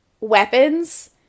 weapons